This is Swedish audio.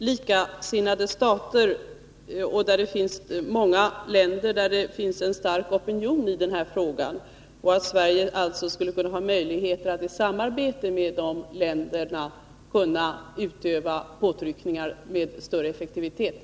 Herr talman! Vad jag syftar på är att det finns många likasinnade stater där det finns en stark opinion i denna fråga. Sverige borde ha möjligheter att i samarbete med dessa länder med större effektivitet utöva påtryckningar.